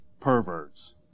perverts